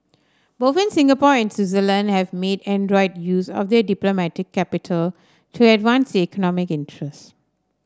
both Singapore and Switzerland have made adroit use of their diplomatic capital to advance their economic interests